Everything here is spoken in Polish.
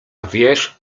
wiesz